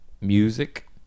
music